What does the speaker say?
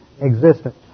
existence